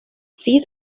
see